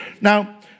Now